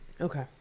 Okay